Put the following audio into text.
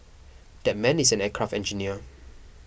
that man is an aircraft engineer